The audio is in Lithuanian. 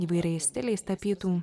įvairiais stiliais tapytų